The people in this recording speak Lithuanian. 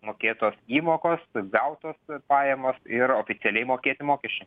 mokėtos įmokos gautos pajamos ir oficialiai mokėti mokesčiai